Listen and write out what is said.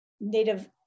Native